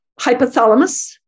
hypothalamus